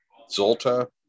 Zolta